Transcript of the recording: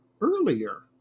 earlier